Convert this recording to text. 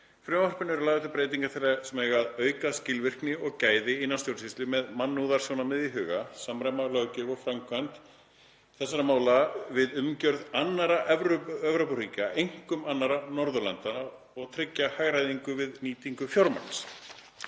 frumvarpinu eru lagðar til breytingar sem eiga að auka skilvirkni og gæði innan stjórnsýslu með mannúðarsjónarmið í huga, samræma löggjöf og framkvæmd þessara mála við umgjörð annarra Evrópuríkja, einkum annarra Norðurlanda, og tryggja hagræðingu við nýtingu fjármagns.“